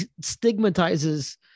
stigmatizes